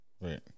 Right